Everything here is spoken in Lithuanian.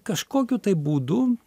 kažkokiu tai būdu